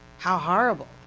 how horrible.